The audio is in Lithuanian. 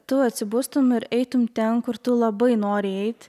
tu atsibustum ir eitum ten kur tu labai nori eit